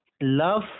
love